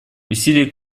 усилия